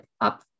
up